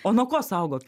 o nuo ko saugot